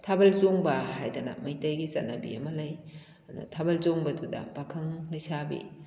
ꯊꯥꯕꯜ ꯆꯣꯡꯕ ꯍꯥꯏꯗꯅ ꯃꯩꯇꯩꯒꯤ ꯆꯠꯅꯕꯤ ꯑꯃ ꯂꯩ ꯑꯗꯨꯅ ꯊꯥꯕꯜ ꯆꯣꯡꯕꯗꯨꯗ ꯄꯥꯈꯪ ꯂꯩꯁꯥꯕꯤ